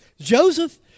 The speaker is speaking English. Joseph